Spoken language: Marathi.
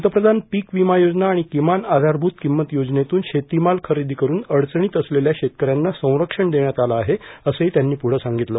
पंतप्रधान पीक विमा योजना आणि किमान आयारघूत किंमत योजनेतून शेतीमाल खरेदी करून अडचणीत असलेल्या शेतकऱ्यांना संरक्षण देण्यात आलं आहे असंही त्यांनी पुढं सांगितलं